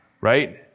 right